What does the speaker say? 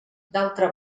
d’altra